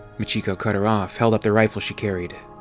machiko cut her off, held up the rifle she carried.